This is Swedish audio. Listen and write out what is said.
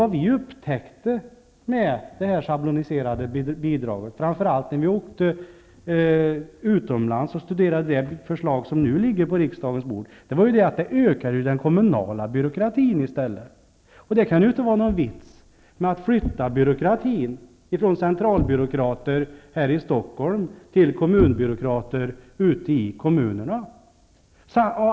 Vad vi upptäckte beträffande detta schabloniserade bidrag -- framför allt när vi åkte utomlands och studerade det som nu är ett förslag som nu ligger på riksdagens bord -- var att den kommunala byråkratin i stället ökade. Det kan ju inte vara någon vits med att flytta byråkratin från centralbyråkrater här i Stockholm till kommunbyråkrater ute i kommunerna.